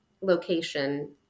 location